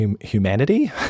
humanity